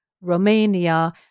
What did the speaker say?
Romania